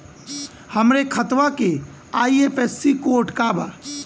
हमरे खतवा के आई.एफ.एस.सी कोड का बा?